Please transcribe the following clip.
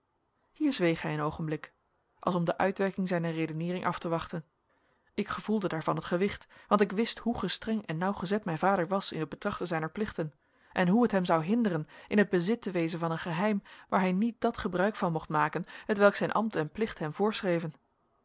hier zweeg hij een oogenblik als om de uitwerking zijner redeneering af te wachten ik gevoelde daarvan het gewicht want ik wist hoe gestreng en nauwgezet mijn vader was in het betrachten zijner plichten en hoe het hem zou hinderen in het bezit te wezen van een geheim waar hij niet dat gebruik van mocht maken hetwelk zijn ambt en plicht hem voorschreven